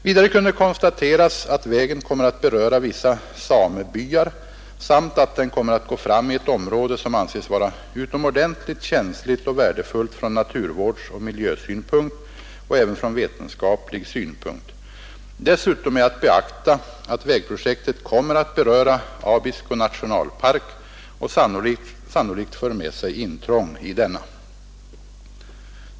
Vidare kunde konstateras att vägen kommer att beröra vissa samebyar samt att den kommer att gå fram i ett område, som anses vara utomordentligt känsligt och värdefullt från naturvårdsoch miljösynpunkt och även från vetenskaplig synpunkt. Dessutom är att beakta att vägprojektet kommer att beröra Abisko nationalpark och sannolikt för med sig intrång i denna.